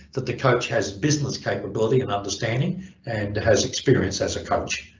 that the coach has business capability and understanding and has experience as a coach.